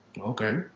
Okay